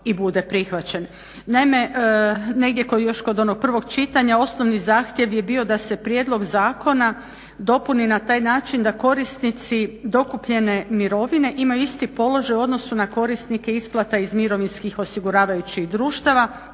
i bude prihvaćen. Naime, negdje još kod onog prvog čitanja osnovni zahtjev je bio da se prijedlog zakona dopuni na taj način da korisnici dokupljene mirovine imaju isti položaj u odnosu na korisnike isplata iz mirovinskih osiguravajućih društava